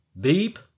Beep